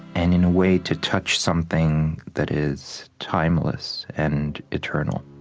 and in a way to touch something that is timeless and eternal.